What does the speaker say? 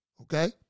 okay